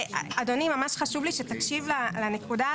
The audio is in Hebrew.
ואדוני, ממש חשוב לי שתקשיב לנקודה הזאת.